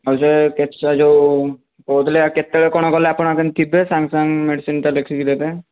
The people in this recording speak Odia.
ଆଉ ସେ ଯେଉଁ କହୁଥିଲି କେତେବେଳେ କଣ ଗଲେ ଆପଣ ଦେନ ଥିବେ ସାଙ୍ଗ ସାଙ୍ଗ ମେଡ଼ିସିନଟା ଦେଖିକି ଦେବେ